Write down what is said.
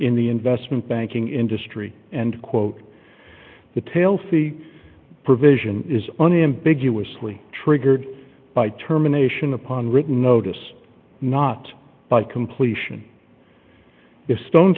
in the investment banking industry and quote details the provision is unambiguously triggered by terminations upon written notice not by completion if stone